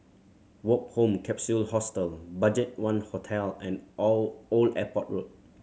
Woke Home Capsule Hostel BudgetOne Hotel and Old Airport Road